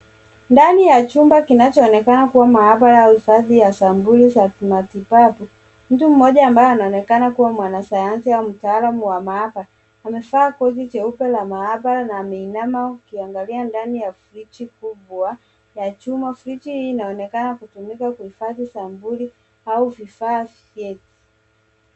Dnau ya chumba kinachoonekana kuwa maabara au kazi ya sampuli za kimatibabu. Mtu mmoja ambaye anaonekana kuwa mwanasayansi au mtaalamu wa maabara. Amevaa koti jeupe la maabara na ameinama akiangalia ndani ya friji kubwa ya chuma. Friji hii inaonekana kutumika kuhifadhi sampuli au vifaa vyeti.